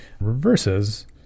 reverses